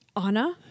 Anna